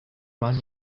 man